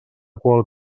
qual